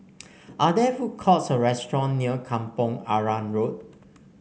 are there food courts or restaurant near Kampong Arang Road